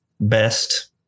best